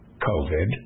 COVID